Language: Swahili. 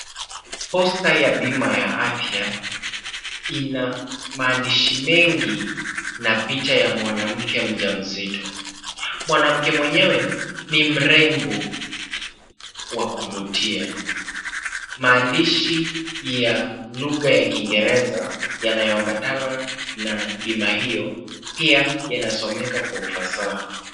Poster ya bima ya afya, ina maandishi mengi na picha ya mwanamke mjamzito. Mwanamke mwenyewe ni mrembo wa kuvutia. Maandishi ya lugha ya Kiingereza yanayoambatana na bima hiyo pia yanasomeka kwa ufasaha.